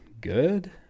good